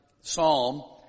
psalm